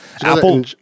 Apple